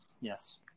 Yes